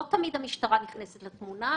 לא תמיד המשטרה נכנסת לתמונה.